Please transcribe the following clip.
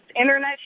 internet